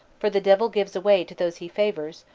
for the devil gives away to those he favors,